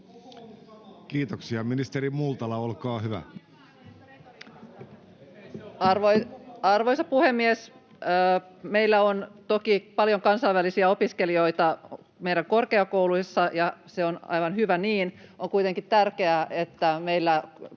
Kiitoksia. — Ministeri Multala, olkaa hyvä. Arvoisa puhemies! Meillä on toki paljon kansainvälisiä opiskelijoita meidän korkeakouluissa, ja se on aivan hyvä niin. On kuitenkin tärkeää, että meillä